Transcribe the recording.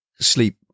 sleep